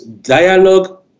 dialogue